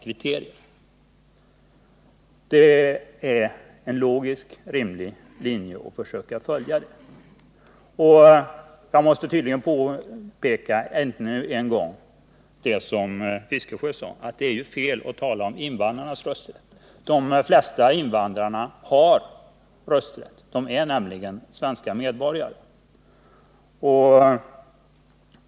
Jag tycker detta är en logisk och rimlig linje att försöka följa. Jag måste tydligen ännu en gång peka på det som Bertil Fiskesjö sade, nämligen att det är felaktigt att tala om invandrarnas rösträtt. De flesta invandrare har rösträtt. De är nämligen svenska medborgare.